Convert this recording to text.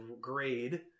grade